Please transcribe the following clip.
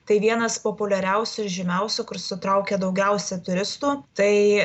tai vienas populiariausių ir žymiausių kur sutraukia daugiausia turistų tai